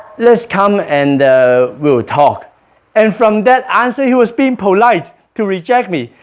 let's come and we'll talk and from that answer he was being polite to reject me.